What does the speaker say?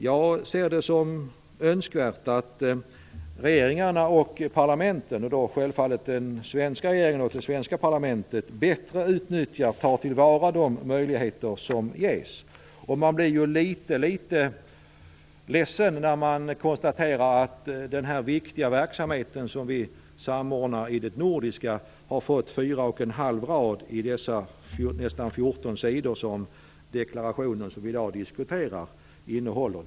Jag ser det som önskvärt att regeringarna och parlamenten, och då självfallet även den svenska regeringen och det svenska parlamentet, bättre utnyttjar och tar till vara de möjligheter som ges. Man blir litet ledsen när man konstaterar att den viktiga verksamhet som vi samordnar i det nordiska arbetet har fått fyra och en halv rad i den nästan 14 sidor långa deklarationen som vi i dag diskuterar.